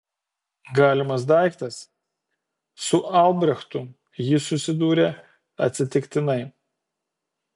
galimas daiktas su albrechtu ji susidūrė atsitiktinai